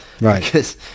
Right